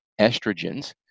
estrogens